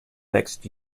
next